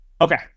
Okay